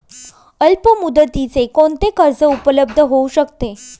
अल्पमुदतीचे कोणते कर्ज उपलब्ध होऊ शकते?